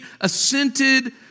assented